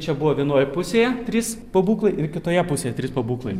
čia buvo vienoje pusėje trys pabūklai ir kitoje pusėje trys pabūklai